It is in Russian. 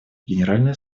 генеральной